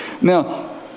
Now